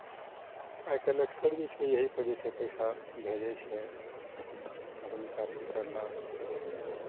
आइ काल्हिक सभ जे छै यहीपर जे छै पैसा भेजै छै ओहिके निकासी करलक